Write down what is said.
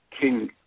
king